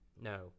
No